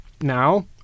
now